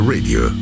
Radio